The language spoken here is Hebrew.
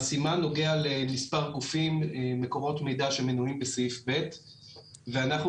הסימן נוגע למספר גופים ומקורות מידע שמנויים בסעיף ב' ואנחנו,